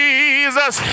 Jesus